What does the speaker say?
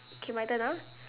okay my turn ah